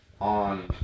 on